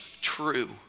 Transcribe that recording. true